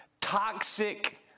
toxic